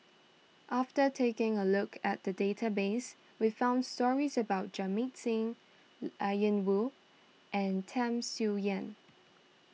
after taking a look at the database we found stories about Jamit Singh Ian Woo and Tham Sien Yen